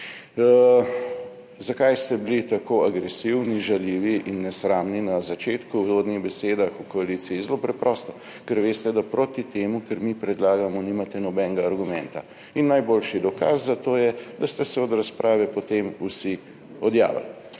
Zakaj ste bili tako agresivni, žaljivi in nesramni na začetku v uvodnih besedah v koaliciji? Zelo preprosto, ker veste, da proti temu, kar mi predlagamo, nimate nobenega argumenta. Najboljši dokaz za to je, da ste se od razprave potem vsi odjavili.